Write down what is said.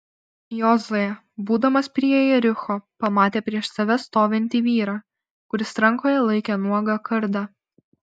jozuė būdamas prie jericho pamatė prieš save stovintį vyrą kuris rankoje laikė nuogą kardą